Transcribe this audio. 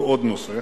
ועוד נושא